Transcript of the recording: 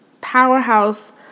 powerhouse